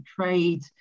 trade